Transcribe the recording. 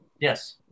Yes